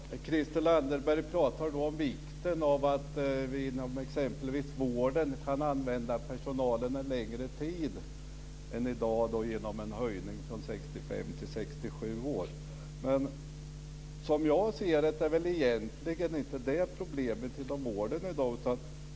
Herr talman! Christel Anderberg pratar om vikten av att vi inom exempelvis vården kan använda personalen en längre tid än i dag genom en höjning från 65 till 67 år. Men som jag ser det är det väl egentligen inte det som är problemet i dag.